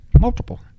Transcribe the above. Multiple